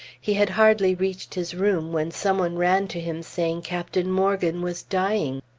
he had hardly reached his room when some one ran to him saying captain morgan was dying.